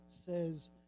says